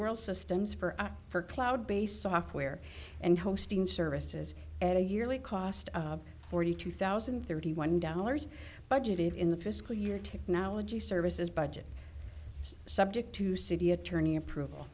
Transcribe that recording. world systems for for cloud based software and hosting services at a yearly cost of forty two thousand and thirty one dollars budgeted in the fiscal year technology services budget is subject to city attorney approval